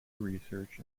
research